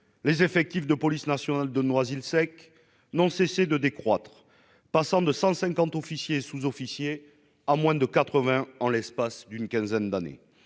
les effectifs de police nationale de Noisy-le-Sec n'ont cessé de décroître, passant de 150 officiers et sous-officiers à moins de 80 en l'espace d'une quinzaine d'années.